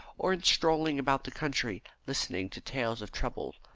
or in strolling about the country listening to tales of trouble,